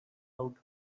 out